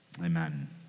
Amen